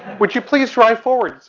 would you please drive forward,